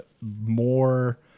more